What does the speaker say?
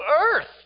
earth